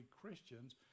Christians